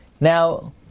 Now